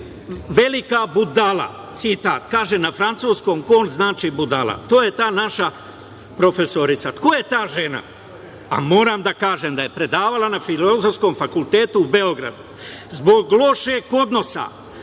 velika budala“, citat. Kaže: „Na francuskom Kon znači budala“. To je ta naša profesorka. Ko je ta žena? Moram da kažem da je predavala na Filozofskom fakultetu u Beogradu. Zbog lošeg odnosa